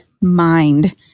mind